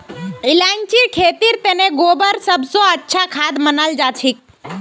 इलायचीर खेतीर तने गोबर सब स अच्छा खाद मनाल जाछेक